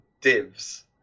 divs